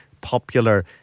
popular